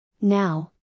Now